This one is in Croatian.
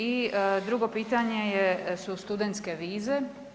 I drugo pitanje je su studentske vize.